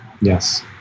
Yes